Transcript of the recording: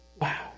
Wow